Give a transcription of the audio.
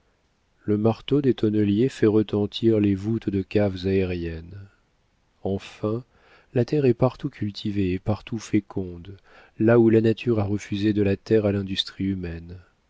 le marteau des tonneliers fait retentir les voûtes de caves aériennes enfin la terre est partout cultivée et partout féconde là où la nature a refusé de la terre à l'industrie humaine